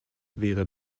wäre